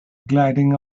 gliding